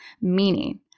meaning